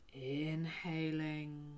inhaling